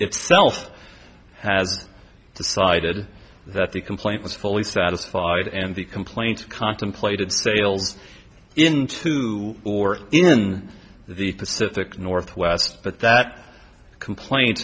itself has decided that the complaint was fully satisfied and the complaint contemplated sales into or in the pacific northwest but that complain